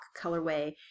colorway